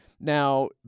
Now